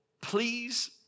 please